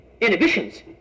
inhibitions